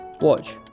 Watch